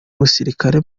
musirikare